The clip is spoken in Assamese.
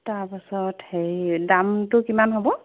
তাৰপাছত হেৰি দামটো কিমান হ'ব